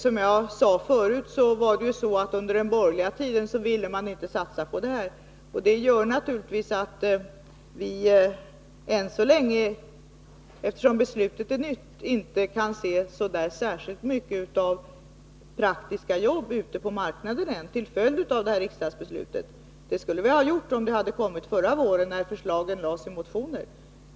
Som jag sade förut ville man inte under den borgerliga regeringens tid satsa på detta, och det gör naturligtvis att vi ännu så länge — eftersom beslutet så nyligen har fattats — inte kan se så mycket av praktiska jobb ute på arbetsmarknaden till följd av riksdagsbeslutet. Det skulle vi ha gjort om det hade fattats förra våren, när förslagen lades fram i motioner.